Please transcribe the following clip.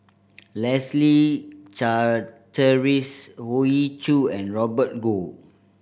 Leslie Charteris Hoey Choo and Robert Goh